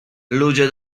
ludzie